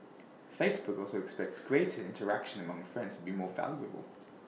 Facebook also expects greater interaction among friends be more valuable